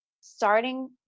starting